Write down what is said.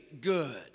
good